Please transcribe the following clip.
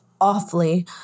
awfully